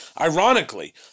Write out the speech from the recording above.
Ironically